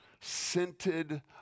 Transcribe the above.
scented